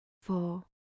Four